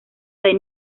del